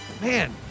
man